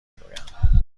میگویند